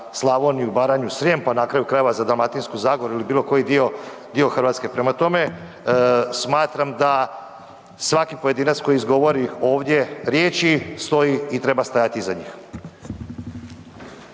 Slavoniju, Baranju, Srijem pa na kraju krajeva za Dalmatinsku zagoru ili bio koji dio, dio Hrvatske. Prema tome, smatram da svaki pojedinac koji izgovori ovdje riječi stoji i treba stajati iza njih.